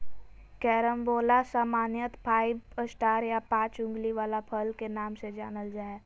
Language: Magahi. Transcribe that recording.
कैरम्बोला सामान्यत फाइव स्टार या पाँच उंगली वला फल के नाम से जानल जा हय